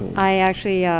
i actually, yeah